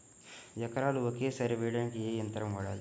ఎకరాలు ఒకేసారి వేయడానికి ఏ యంత్రం వాడాలి?